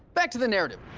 back to the narrative.